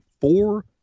four